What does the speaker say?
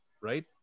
Right